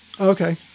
Okay